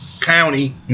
county